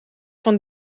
van